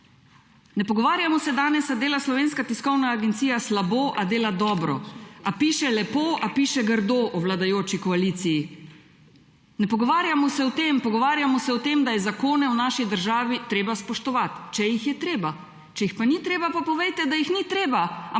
Ne pogovarjamo se danes ali dela Slovenska tiskovna agencija slabo ali dela dobro, ali piše lepo ali piše grdo o vladajoči koaliciji. Ne pogovarjamo se o tem, pogovarjamo se o tem, da je zakone v naši državi treba spoštovati, če jih je treba. Če jih pa ni treba, pa povejte, da jih ni treba,